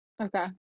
okay